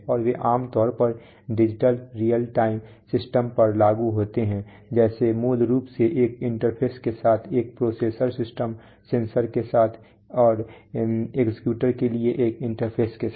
और वे आम तौर पर डिजिटल रीयल टाइम सिस्टम पर लागू होते हैं जैसे मूल रूप से एक इंटरफेस के साथ एक प्रोसेसर सिस्टम सेंसर के साथ और एक्ट्यूएटर्स के लिए एक इंटरफेस के साथ